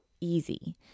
easy